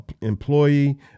employee